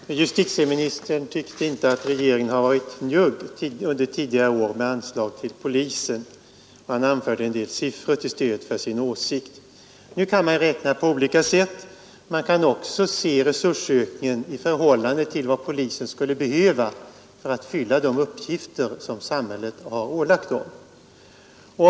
Herr talman! Justitieministern tyckte inte att regeringen varit njugg under tidigare år med anslag till polisen. Han anförde en del siffror till stöd för sina åsikter. Man kan räkna på olika sätt. Man kan också se resursökningen i förhållande till vad polisen skulle behöva för att fylla de uppgifter samhället ålagt den.